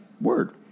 Word